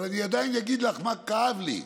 אבל אני עדיין אגיד לך מה כאב לי,